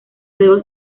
luego